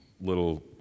little